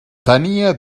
tenia